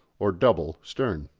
or double, stern.